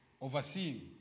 overseeing